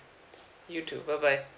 you too bye bye